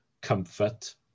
comfort